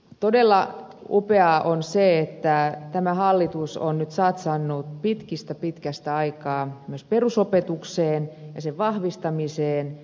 todella upeaa on se että tämä hallitus on nyt satsannut pitkästä pitkästä aikaa myös perusopetukseen ja sen vahvistamiseen